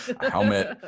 helmet